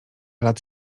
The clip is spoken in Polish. lat